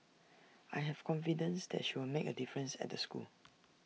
I have confidence that she'll make A difference at the school